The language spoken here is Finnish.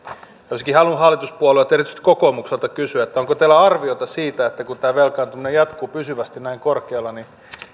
olisinkin halunnut hallituspuolueilta erityisesti kokoomukselta kysyä onko teillä arviota siitä että kun tämä velkaantuminen jatkuu pysyvästi näin korkealla